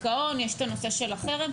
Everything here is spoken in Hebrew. יש את הנושא של החרם,